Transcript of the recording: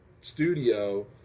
studio